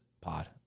pod